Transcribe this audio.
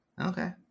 okay